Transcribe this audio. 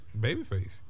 babyface